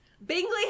Bingley